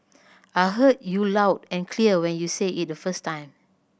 I heard you loud and clear when you said it the first time